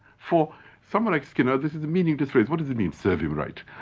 for some like skinner, this is a meaningless phrase. what does he mean, serve him right?